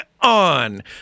on